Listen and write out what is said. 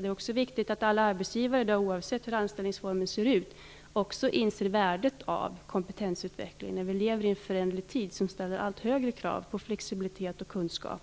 Det är också viktigt att alla arbetsgivare, oavsett hur anställningsformen ser ut, inser värdet av kompetensutveckling. Vi lever ju i en föränderlig tid. Det ställs allt högre krav på flexibilitet och kunskap,